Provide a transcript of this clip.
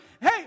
Hey